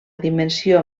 dimensió